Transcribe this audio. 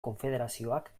konfederazioak